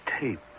tape